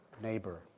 Neighbor